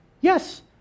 Yes